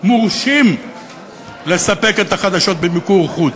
מורשים לספק את החדשות במיקור חוץ.